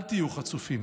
אל תהיו חצופים.